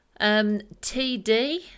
TD